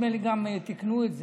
נדמה לי שתיקנו את זה.